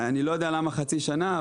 אני לא יודע למה חצי שנה,